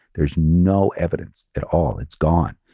there's no evidence at all. it's gone.